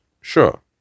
Sure